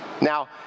Now